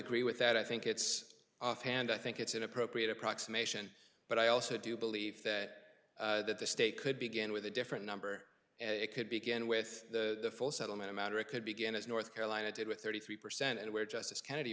agree with that i think it's offhand i think it's an appropriate approximation but i also do believe that that the state could begin with a different number it could begin with the full settlement amount or it could begin as north carolina did with thirty three percent and where justice kennedy